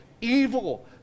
evil